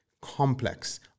complex